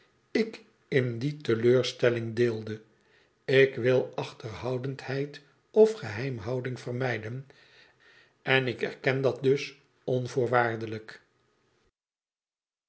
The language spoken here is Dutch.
ik in die teleurstelling deelde ik wil achterhoudendheid of geheimhouding vermijden en ik erken dat dus onvoorwaardelijk